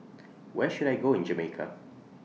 Where should I Go in Jamaica